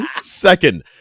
second